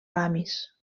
ramis